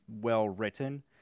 well-written